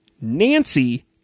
Nancy